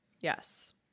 Yes